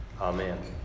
Amen